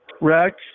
Rex